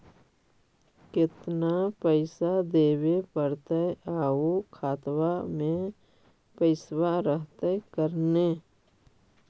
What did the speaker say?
केतना पैसा देबे पड़तै आउ खातबा में पैसबा रहतै करने?